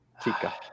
Chica